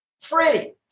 free